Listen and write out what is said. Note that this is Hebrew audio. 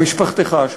ומשפחתך,